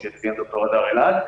כפי שציין ד"ר הדר אלעד.